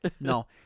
No